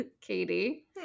Katie